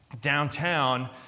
downtown